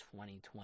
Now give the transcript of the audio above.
2020